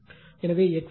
எனவே XLLω 70